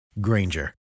Granger